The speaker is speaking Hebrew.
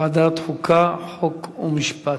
ועדת חוקה, חוקה ומשפט.